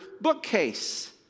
bookcase